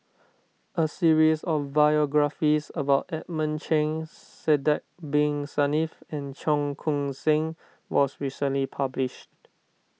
a series of biographies about Edmund Cheng Sidek Bin Saniff and Cheong Koon Seng was recently published